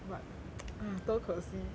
but ah 多可惜